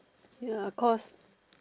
ya cause